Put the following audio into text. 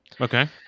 Okay